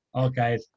Okay